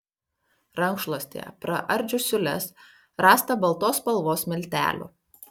rankšluostyje praardžius siūles rasta baltos spalvos miltelių